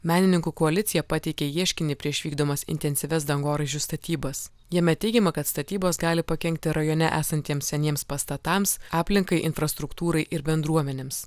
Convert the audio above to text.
menininkų koalicija pateikė ieškinį prieš vykdomas intensyvias dangoraižių statybas jame teigiama kad statybos gali pakenkti rajone esantiems seniems pastatams aplinkai infrastruktūrai ir bendruomenėms